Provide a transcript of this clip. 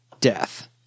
death